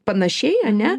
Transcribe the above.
panašiai ane